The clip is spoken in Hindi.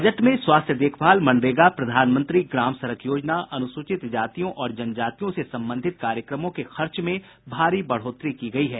बजट में स्वास्थ्य देखभाल मनरेगा प्रधानमंत्री ग्राम सड़क योजना अनुसूचित जातियों और जनजातियों से संबंधित कार्यक्रमों के खर्च में भारी बढ़ोतरी की गयी है